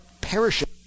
perishing